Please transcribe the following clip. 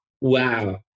wow